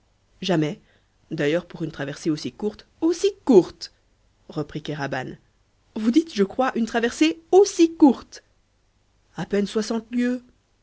jamais d'ailleurs pour une traversée aussi courte aussi courte reprit kéraban vous dites je crois une traversée aussi courte a peine soixante lieues